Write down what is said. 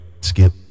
skip